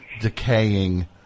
decaying